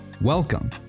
Welcome